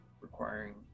requiring